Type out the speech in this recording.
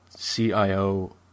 CIO